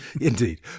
Indeed